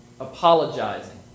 Apologizing